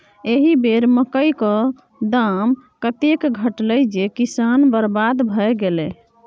एहि बेर मकई क दाम एतेक घटलै जे किसान बरबाद भए गेलै